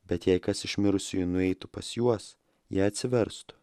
bet jei kas iš mirusiųjų nueitų pas juos jie atsiverstų